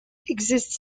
exists